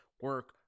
Work